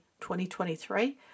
2023